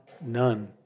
none